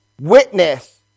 Witness